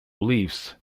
beliefs